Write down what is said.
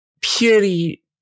purely